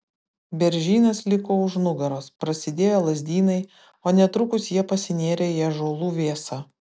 beržynas liko už nugaros prasidėjo lazdynai o netrukus jie pasinėrė į ąžuolų vėsą